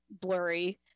blurry